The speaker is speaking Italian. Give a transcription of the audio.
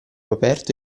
aperto